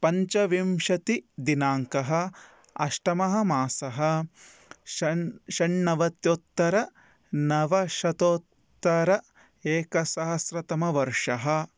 पञ्चविंशतिदिनाङ्कः अष्टमः मासः षण् षण्णवत्योत्तरनवशतोत्तर एकसहस्रतमवर्षः